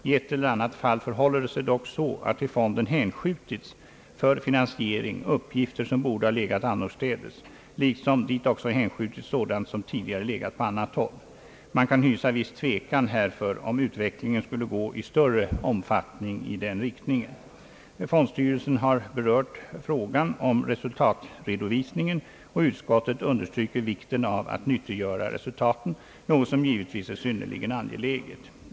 I ett eller annat fall förhåller det sig dock så att till fonden hänskjutits för finansiering uppgifter som borde ha legat annorstädes, liksom dit också hänskjutits sådant som tidigare legat på annat håll. Man kan hysa viss tvekan härför, om utvecklingen skulle gå i större omfattning i den riktningen. Fondstyrelsen har berört frågan om resultatredovisningen, och utskottet understryker vikten av att nyttiggöra resultaten, något som givetvis är synnerligen angeläget.